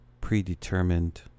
predetermined